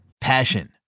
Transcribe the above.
Passion